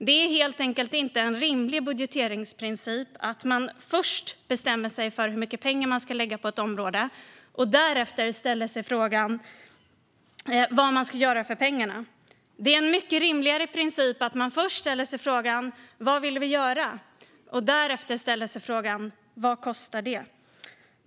Det är helt enkelt inte en rimlig budgeteringsprincip att man först bestämmer sig för hur mycket pengar man ska lägga på ett område och därefter ställer sig frågan vad man ska göra för pengarna. Det är en mycket rimligare princip att man först ställer sig frågan: Vad vill vi göra? Därefter ska man ställa sig frågan: Vad kostar det?